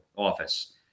office